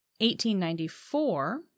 1894